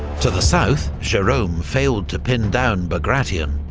to the south, jerome failed to pin down bagration,